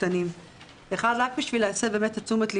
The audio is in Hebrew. רק כדי להסב את תשומת ליבכם,